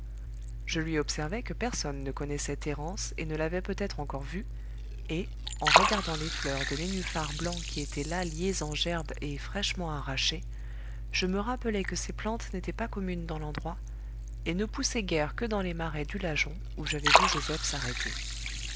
je lui observai que personne ne connaissait thérence et ne l'avait peut-être encore vue et en regardant les fleurs de nénufar blanc qui étaient là liées en gerbes et fraîchement arrachées je me rappelai que ces plantes n'étaient pas communes dans l'endroit et ne poussaient guère que dans les marais du lajon où j'avais vu joseph s'arrêter